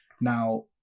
Now